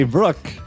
Brooke